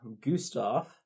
Gustav